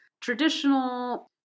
traditional